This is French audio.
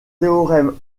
théorème